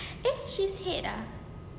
eh she is head ah